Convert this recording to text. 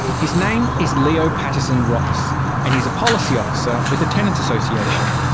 his name is leo patterson ross and he's a policy officer with the tenants association.